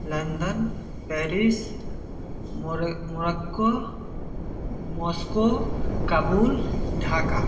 London Paris मुरै Morocco Moscow Kabul Dhaka